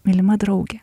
mylima drauge